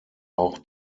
auch